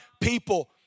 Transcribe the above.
people